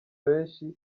benshi